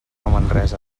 manresa